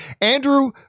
andrew